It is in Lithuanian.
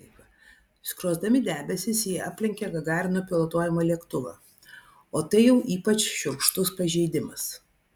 skrosdami debesis jie aplenkė gagarino pilotuojamą lėktuvą o tai jau ypač šiurkštus pažeidimas